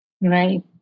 Right